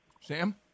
Sam